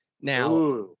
Now